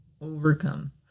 overcome